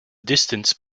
distance